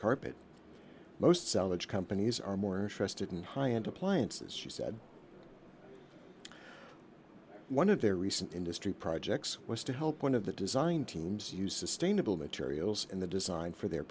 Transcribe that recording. carpet most sellers companies are more interested in high end appliances she said one of their recent industry projects was to help one of the design teams use sustainable materials in the design for their